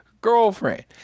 girlfriend